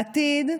בעתיד,